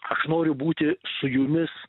aš noriu būti su jumis